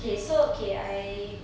okay so okay I